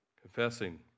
Confessing